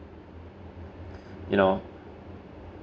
you know